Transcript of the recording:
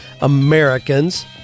Americans